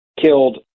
killed